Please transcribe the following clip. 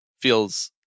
feels